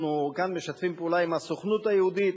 אנחנו גם משתפים פעולה עם הסוכנות היהודית,